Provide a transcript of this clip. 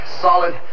solid